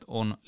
on